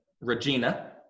Regina